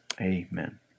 amen